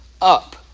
up